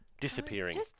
disappearing